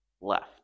left